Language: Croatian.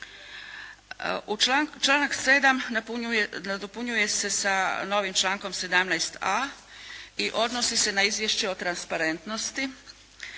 Članak 7. nadopunjuje se sa novim člankom 17.a i odnosi se na izvješće o transparentnosti